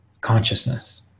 consciousness